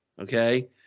okay